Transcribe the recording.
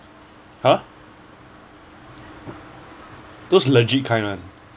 !huh! those legit kind one